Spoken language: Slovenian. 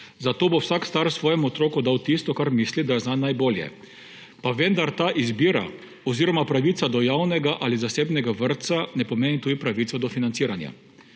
zato bo vsak starš svojemu otroku dal tisto, kar misli, da je zanj najbolje. Pa vendar ta izbira oziroma pravica do javnega ali zasebnega vrtca ne pomeni tudi pravice do financiranja.